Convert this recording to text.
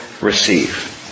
receive